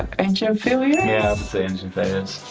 engine failures? yeah, i'd say engine failures.